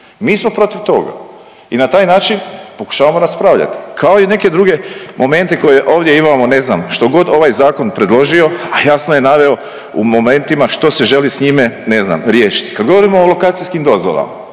mi smo protiv toga i na taj način pokušavamo raspravljati, kao i neke druge momente koje ovdje imamo ne znam što god ovaj zakon predložio, a jasno je naveo u momentima što se želi s njime ne znam riješiti. Kad govorimo o lokacijskim dozvolama